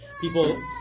people